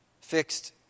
fixed